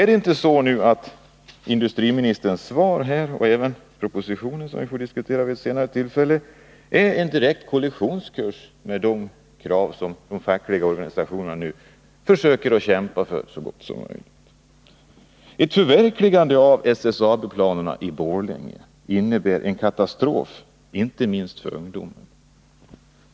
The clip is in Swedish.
Är det inte så att industriministerns svar — och även propositionen, som vi får diskutera vid ett senare tillfälle — är på direkt kollisionskurs med de krav som de fackliga organisationerna nu försöker kämpa för så gott det går? Ett förverkligande av SSAB-planerna i Borlänge innebär en katastrof, inte minst för ungdomen.